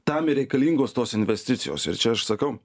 tam ir reikalingos tos investicijos ir čia aš sakau